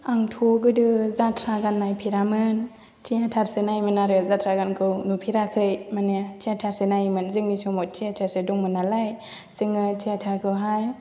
आंथ' गोदो जाथ्रागान नायफेरामोन थियेटारसो नायोमोन आरो जाथ्रागानखौ नुफेराखै माने थियेटारसो नायोमोन जोंनि समाव थियेटारसो दंमोन नालाय जोङो थियेटारखौहाय